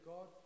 God